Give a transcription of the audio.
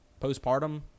postpartum